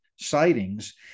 sightings